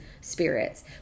spirits